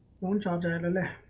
one hundred and